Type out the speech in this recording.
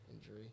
Injury